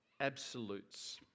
absolutes